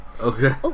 Okay